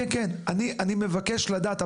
אני מבקש לדעת,